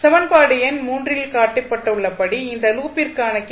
சமன்பாடு எண் இல் காட்டப்பட்டுள்ளபடி இந்த லூப்பிற்கான கே